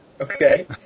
Okay